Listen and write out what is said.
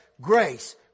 grace